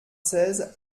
seize